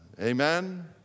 Amen